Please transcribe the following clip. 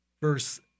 verse